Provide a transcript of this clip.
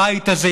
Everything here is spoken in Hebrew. הבית הזה,